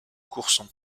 courson